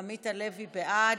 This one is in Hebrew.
עמית הלוי, בעד.